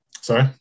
Sorry